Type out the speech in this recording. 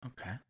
Okay